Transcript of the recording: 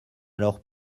alors